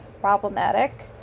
problematic